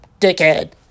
dickhead